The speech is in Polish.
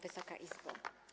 Wysoka Izbo!